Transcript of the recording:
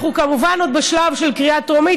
אנחנו, כמובן, עוד בשלב של קריאה טרומית.